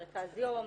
מרכז יום,